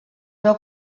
veu